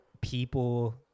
people